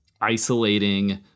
isolating